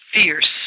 fierce